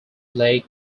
lake